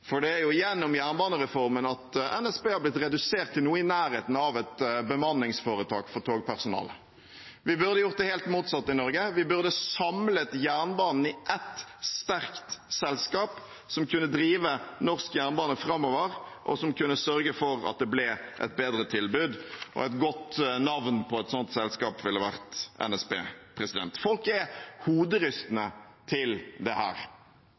for det er gjennom jernbanereformen at NSB har blitt redusert til noe i nærheten av et bemanningsforetak for togpersonalet. Vi burde gjort det helt motsatt i Norge; vi burde samlet jernbanen i ett sterkt selskap som kunne drive norsk jernbane framover, og som kunne sørge for at det ble et bedre tilbud. Og et godt navn på et sånt selskap ville vært NSB. Folk er hoderystende til dette. Jeg tenker at det